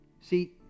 See